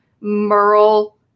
merle